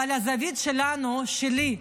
אבל הזווית שלנו, שלי,